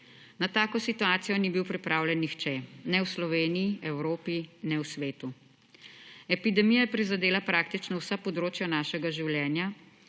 Na tako situacijo ni bil pripravljen nihče; ne v Sloveniji, Evropi, ne v svetu. Epidemija je prizadela praktično vsa področja našega življenja